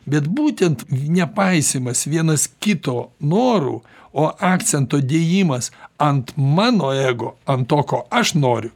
bet būtent nepaisymas vienas kito norų o akcento dėjimas ant mano ego ant to ko aš noriu